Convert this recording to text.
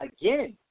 again